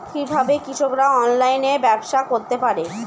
কিভাবে কৃষকরা অনলাইনে ব্যবসা করতে পারে?